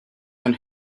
than